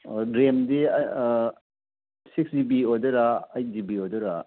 ꯑꯣ ꯔꯦꯝꯗꯤ six GB ꯑꯣꯏꯗꯣꯏꯔꯥ ꯑꯩꯠ ꯖꯤꯕꯤ ꯑꯣꯏꯗꯣꯏꯔꯥ